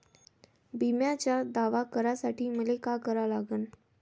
बिम्याचा दावा करा साठी मले का करा लागन?